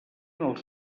els